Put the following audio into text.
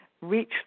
reach